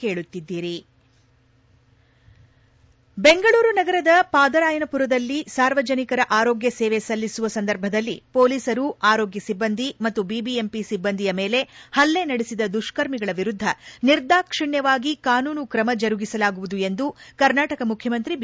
head Bengaluru ನಗರದ ಪಾದರಾಯನಮರದಲ್ಲಿ ಸಾರ್ವಜನಿಕರ ಆರೋಗ್ನ ಸೇವೆ ಸಲ್ಲಿಸುವ ಸಂದರ್ಭದಲ್ಲಿ ಮೊಲೀಸರು ಆರೋಗ್ಯ ಸಿಬ್ಬಂದಿ ಮತ್ತು ಬಿಬಿಎಂಪಿ ಸಿಬ್ಬಂದಿಯ ಮೇಲೆ ಹಲ್ಲೆ ನಡೆಸಿದ ದುಷ್ಕರ್ಮಿಗಳ ವಿರುದ್ದ ನಿರ್ದಾಕ್ಷಣ್ಣವಾಗಿ ಕಾನೂನು ಕ್ರಮ ಜರುಗಿಸಲಾಗುವುದು ಎಂದು ಕರ್ನಾಟಕ ಮುಖ್ಡಮಂತ್ರಿ ಬಿ